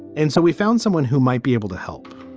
and so we found someone who might be able to help